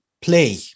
play